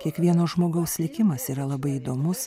kiekvieno žmogaus likimas yra labai įdomus